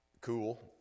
cool